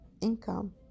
income